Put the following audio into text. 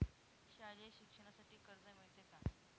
शालेय शिक्षणासाठी कर्ज मिळते का?